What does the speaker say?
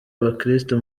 abakirisitu